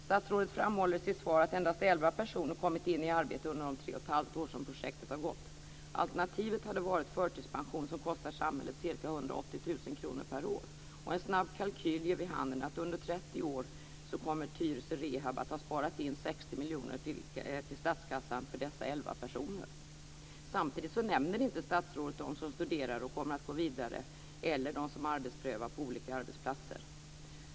Statsrådet framhåller i sitt svar att endast elva personer kommit in i arbete under de tre och halvt år som projektet har pågått. Alternativet hade varit förtidspension som kostar samhället ca 180 000 kr per år. En snabb kalkyl ger vid handen att under 30 år kommer Tyresö Rehab att ha sparat in 60 miljoner till statskassan för dessa elva personer. Samtidigt nämner inte statsrådet dem som studerar och kommer att gå vidare eller dem som arbetsprövar på olika arbetsplatser.